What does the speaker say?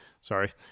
Sorry